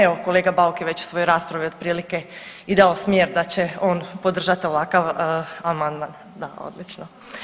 Evo kolega Bauk je već u svojoj raspravi otprilike i dao smjer da će on podržati ovakav amandman, da odlično.